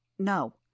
No